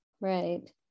Right